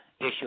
issue